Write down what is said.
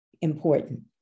important